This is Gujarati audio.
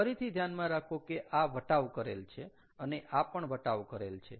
ફરીથી ધ્યાનમાં રાખો કે આ વટાવ કરેલ છે અને આ પણ વટાવ કરેલ છે